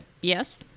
yes